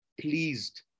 pleased